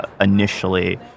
initially